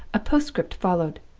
a postscript followed,